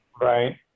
Right